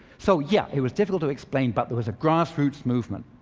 so yeah, it was difficult to explain, but there was a grassroots movement.